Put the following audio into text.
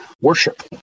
Worship